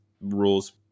rules